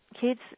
kids